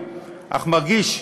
אך מרגיש,